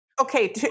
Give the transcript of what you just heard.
Okay